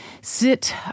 sit